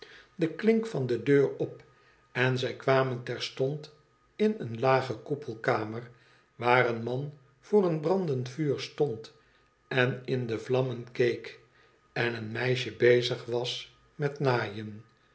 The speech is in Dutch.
de klink van de denr op en zij kwamen terstond in eene lage koepelkamer waar een man voor een brandend vuur stond en in de vlammen keek en een meisje bezig was met naaien